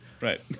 Right